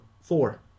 four